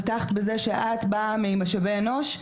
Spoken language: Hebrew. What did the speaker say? פתחת בזה שאת באה ממשאבי אנוש,